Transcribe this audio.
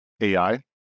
AI